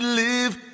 live